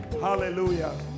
hallelujah